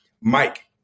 Mike